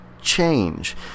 change